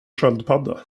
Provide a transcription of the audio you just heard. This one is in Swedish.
sköldpadda